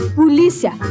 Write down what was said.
polícia